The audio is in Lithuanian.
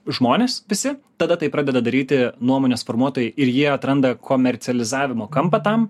žmonės visi tada tai pradeda daryti nuomonės formuotojai ir jie atranda komercializavimo kampą tam